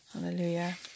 Hallelujah